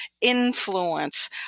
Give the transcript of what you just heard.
influence